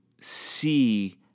see